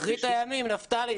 אחרית הימים, נפתלי.